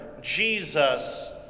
Jesus